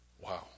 Wow